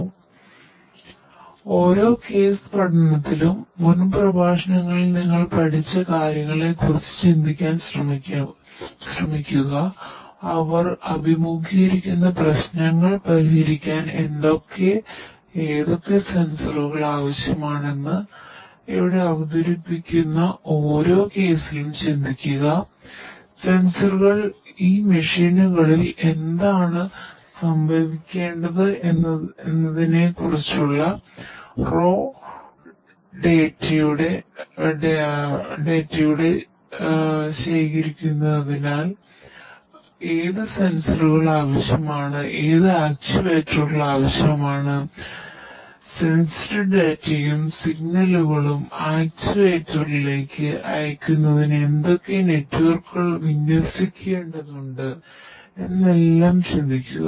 അതിനാൽ ഓരോ കേസ് പഠനത്തിലും മുൻ പ്രഭാഷണങ്ങളിൽ നിങ്ങൾ പഠിച്ച കാര്യങ്ങളെക്കുറിച്ച് ചിന്തിക്കാൻ ശ്രമിക്കുക അവർ അഭിമുഖീകരിക്കുന്ന പ്രശ്നങ്ങൾ പരിഹരിക്കുന്നതിന് ഏതൊക്കെ സെൻസറുകൾ വിന്യസിക്കേണ്ടതുണ്ട് എന്നെല്ലാം ചിന്തിക്കുക